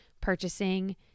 purchasing